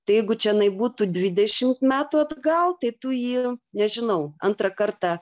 tai jeigu čionai būtų dvidešimt metų atgal tai tu jį nežinau antrą kartą